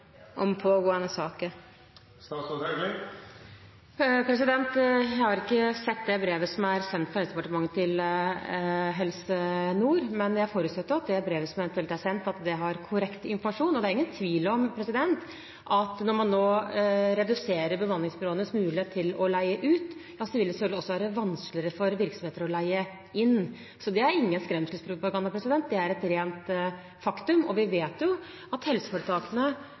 om saker som er under arbeid? Jeg har ikke sett det brevet som er sendt fra Helse- og omsorgsdepartementet til Helse Nord, men jeg forutsetter at det brevet som eventuelt er sendt, har korrekt informasjon. Det er ingen tvil om at når man nå reduserer bemanningsbyråenes mulighet til å leie ut, vil det selvfølgelig også være vanskeligere for virksomheter å leie inn. Det er ingen skremselspropaganda, det er et rent faktum. Vi vet at helseforetakene